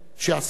שעסוק